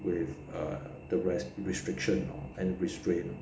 with err the west restriction and restraint